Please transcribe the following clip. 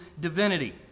divinity